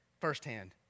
firsthand